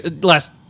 last